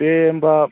दे होनबा